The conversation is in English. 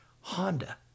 Honda